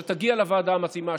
שתגיע לוועדה המתאימה,